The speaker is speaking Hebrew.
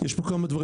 יש בו כמה דברים.